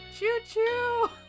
Choo-choo